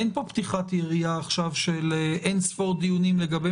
אין פה עכשיו פתיחת יריעה של אין ספור דיונים לגבי